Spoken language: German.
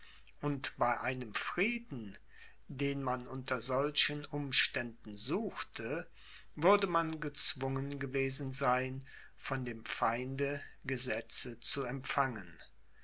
und bei einem frieden den man unter solchen umständen suchte würde man gezwungen gewesen sein von dem feinde gesetze zu empfangen